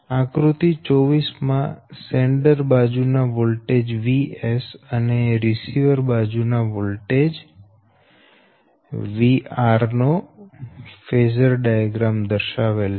આકૃતિ 24 માં સેન્ડર બાજુ ના વોલ્ટેજ Vs અને રિસીવર બાજુ ના વોલ્ટેજ VR નો ફેઝર ડાયાગ્રામ દર્શાવેલ છે